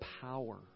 power